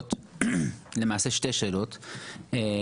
אחת באמת לנציגי הרשויות